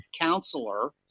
counselor